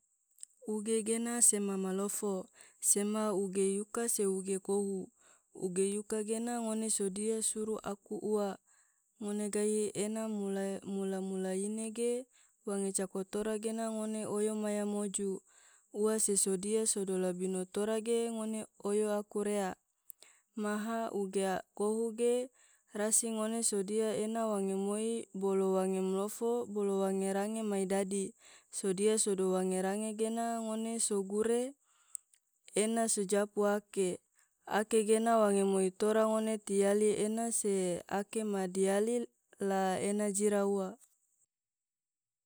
uge gena sema malofo, sema uge yuka se uge kohu, uge yuka gena ngone sodia suru aku ua, ngone gahi ena mula mula-mula ine ge wange cako tora gena ngone oyo maya moju, ua se sodia sodo labino tora ge ngone oyo aku rea, maha ugea kohu rasi ngone sodia ena wange moi bolo wange mlofo bolo wange range mai dadi, sodia sodo wange range gena ngone so gure ena sojapu ake, ake gena wange moi tora ngone tiyali ena se ake ma dialil la ena jira ua.